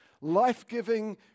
life-giving